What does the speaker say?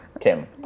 Kim